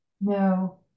no